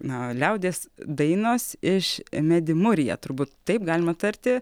na liaudies dainos iš medimurija turbūt taip galima tarti